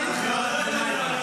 לא לא לא.